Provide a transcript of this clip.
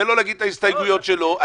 תן לו להגיד את ההסתייגויות שלו.